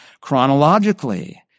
chronologically